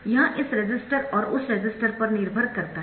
यह इस रेसिस्टर और उस रेसिस्टर पर निर्भर करता है